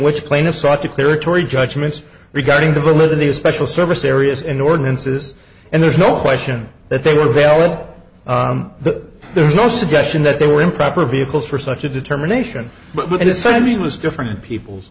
which plaintiff sought to clear a tory judgements regarding the validity of special service areas in ordinances and there's no question that they were valid that there is no suggestion that they were improper vehicles for such a determination but it is certainly was different people's